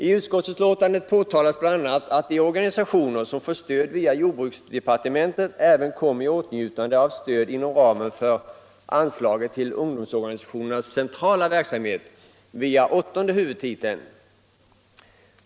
I utskottsbetänkandet påpekas bl.a. att de organisationer som får stöd via jordbruksdepartementet även kommer i åtnjutande av stöd inom ramen för anslaget till ungdomsorganisationernas centrala verksamhet via åttonde huvudtiteln.